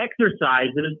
exercises